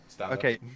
Okay